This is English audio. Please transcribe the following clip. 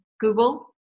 Google